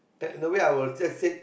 that in a way I will just said